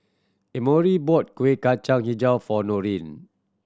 Emory bought Kueh Kacang Hijau for Noreen